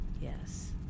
Yes